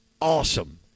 awesome